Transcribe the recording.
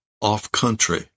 off-country